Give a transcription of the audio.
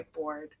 whiteboard